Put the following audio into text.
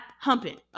humping